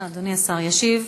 בבקשה, אדוני השר ישיב.